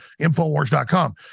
Infowars.com